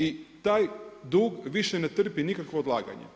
I taj dug više ne trpi nikakvo odlaganje.